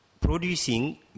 producing